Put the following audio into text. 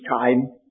time